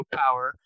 power